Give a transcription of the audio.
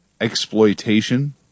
exploitation